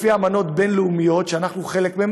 לפי אמנות בין-לאומיות שאנחנו חלק מהן,